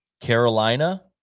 Carolina